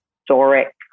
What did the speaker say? historic